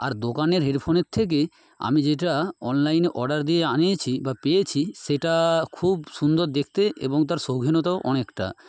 আর দোকানের হেডফোনের থেকে আমি যেটা অনলাইনে অর্ডার দিয়ে আনিয়েছি বা পেয়েছি সেটা খুব সুন্দর দেখতে এবং তার শৌখিনতাও অনেকটা